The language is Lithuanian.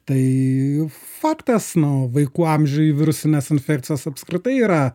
tai faktas na vaikų amžiuj virusinės infekcijos apskritai yra